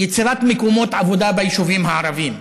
יצירת מקומות עבודה ביישובים הערביים.